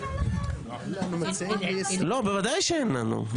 אם אין לכם --- לא, בוודאי שאין לנו.